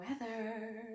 weather